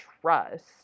trust